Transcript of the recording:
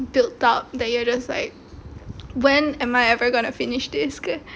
built up that you are just like when am I ever going to finish this